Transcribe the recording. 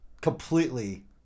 completely